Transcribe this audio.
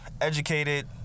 educated